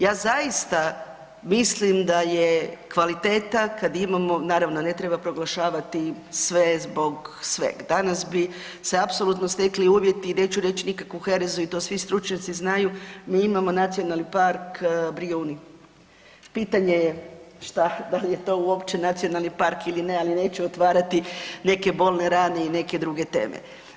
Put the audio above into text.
Ja zaista mislim da je kvaliteta kad imamo, naravno ne treba proglašavati sve zbog sveg, danas bi se apsolutno stekli uvjeti i neću reći nikakvu herezu i to svi stručnjaci znaju, mi imamo Nacionalni park Brijuni, pitanje je šta, da li je to uopće nacionalni park ili ne, ali neću otvarati neke bolne rane i neke druge teme.